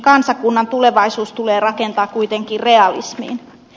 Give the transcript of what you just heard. kansakunnan tulevaisuus tulee rakentaa kuitenkin realismiin